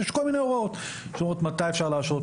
יש הוראות כמו מתי אפשר להשעות,